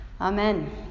amen